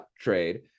trade